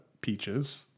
peaches